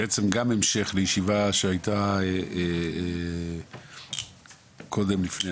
גם המשך לישיבה שהייתה קודם לפני,